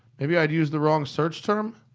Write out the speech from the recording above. maybe i'd used the wrong search term?